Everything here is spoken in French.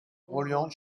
reliant